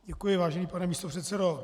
Děkuji, vážený pane místopředsedo.